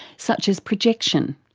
such as projection,